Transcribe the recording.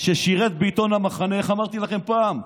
ששירת בעיתון במחנה, איך אמרתי לכם פעם?